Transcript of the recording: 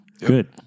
Good